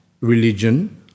religion